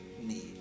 need